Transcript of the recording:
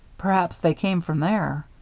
perhaps they came from there.